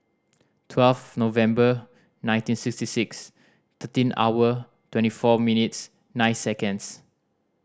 twelve November nineteen sixty six thirteen hour twenty four minutes nine seconds